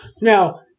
now